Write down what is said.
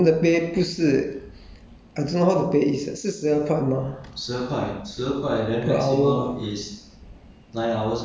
他是说什么 O_T_O_T_O_T 是什么意思是我们的 pay 不是 I don't know how the pay is eh 是十二块吗